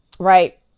right